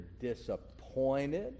disappointed